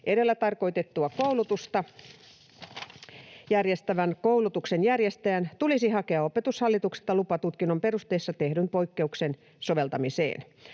Edellä tarkoitettua koulutusta järjestävän koulutuksenjärjestäjän tulisi hakea Opetushallitukselta lupa tutkinnon perusteissa tehdyn poikkeuksen soveltamiseen.